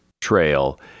trail